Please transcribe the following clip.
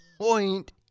Point